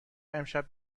امشب